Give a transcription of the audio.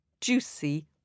juicy